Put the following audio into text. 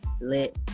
lit